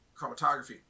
chromatography